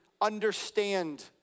understand